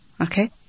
Okay